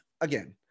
Again